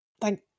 Thank